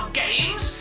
games